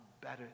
better